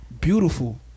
Beautiful